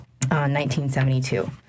1972